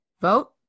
Vote